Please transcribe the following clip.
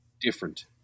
different